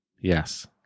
Yes